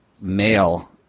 male –